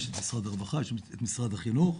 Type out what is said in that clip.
יש את משרד הרווחה, יש את משרד החינוך,